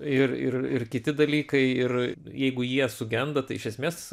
ir ir ir kiti dalykai ir jeigu jie sugenda tai iš esmės